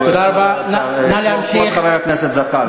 כבוד חבר הכנסת זחאלקה.